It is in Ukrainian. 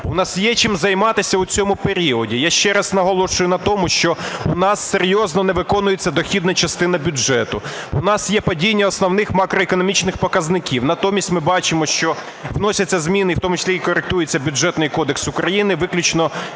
У нас є чим займатися у цьому періоді, я ще раз наголошую на тому, що у нас серйозно не виконується дохідна частина бюджету, у нас є падіння основних макроекономічних показників. Натомість ми бачимо, що вносяться зміни і в тому числі коректується Бюджетний кодекс України виключно з власних